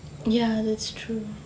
ya that's true